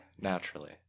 Naturally